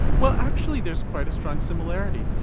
well, actually there's quite a strong similarity.